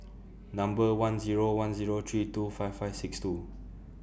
Number one Zero one Zero three two five five six two